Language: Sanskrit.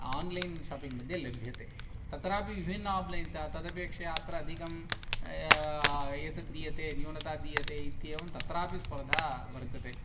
आन्लैन् शापिङ्ग् मध्ये लभ्यते तत्रापि विभिन्नम् आप्लैन् ता तदपेक्षया अत्र अधिकं एतद् दीयते न्यूनता दीयते इत्येवं तत्रापि स्पर्धा वर्तते